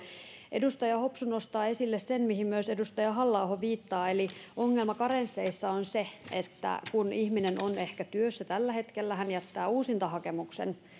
edustaja hopsu nostaa esille sen mihin myös edustaja halla aho viittaa eli ongelma karensseissa on se että kun ihminen on ehkä työssä tällä hetkellä hän jättää uusintahakemuksen niin